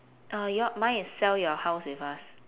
uh your mine is sell your house with us